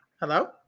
Hello